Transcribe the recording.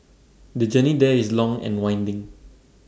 the journey there is long and winding